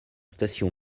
stations